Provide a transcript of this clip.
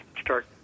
start